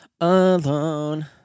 Alone